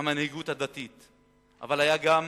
המנהיגות הדתית, אבל היו גם